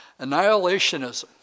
Annihilationism